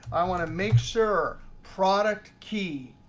i want to make sure, product key.